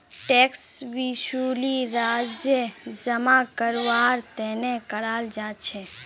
tax वसूली राजस्व जमा करवार तने कराल जा छे